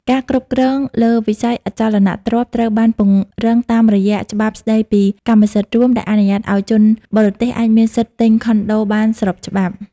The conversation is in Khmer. ការគ្រប់គ្រងលើវិស័យអចលនទ្រព្យត្រូវបានពង្រឹងតាមរយៈច្បាប់ស្ដីពីកម្មសិទ្ធិរួម ដែលអនុញ្ញាតឱ្យជនបរទេសអាចមានសិទ្ធិទិញខុនដូបានស្របច្បាប់។